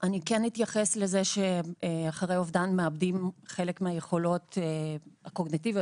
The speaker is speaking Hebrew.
אני כן אתייחס לזה שאחרי אובדן מאבדים חלק מהיכולות הקוגניטיביות.